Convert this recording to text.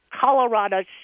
Colorado